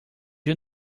you